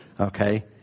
okay